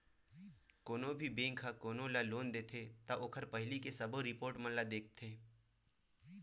कोनो भी बेंक ह कोनो ल लोन देथे त ओखर पहिली के सबो रिपोट मन ल देखथे